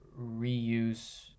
reuse